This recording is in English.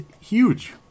huge